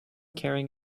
carrying